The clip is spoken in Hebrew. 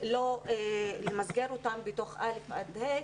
לא למסגר אותם בתוך כיתות א' עד ה',